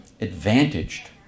advantaged